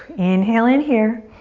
inhale in here,